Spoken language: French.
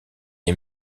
est